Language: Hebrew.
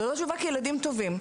זאת לא תשובה, כי ילדים טובעים.